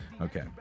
Okay